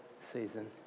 season